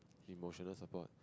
emotional support